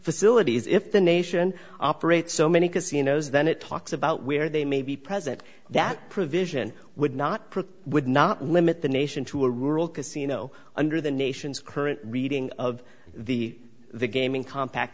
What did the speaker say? facilities if the nation operates so many casinos then it talks about where they may be present that provision would not preclude would not limit the nation to a rural casino under the nation's current reading of the the gaming compact